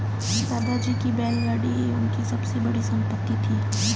दादाजी की बैलगाड़ी ही उनकी सबसे बड़ी संपत्ति थी